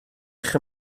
eich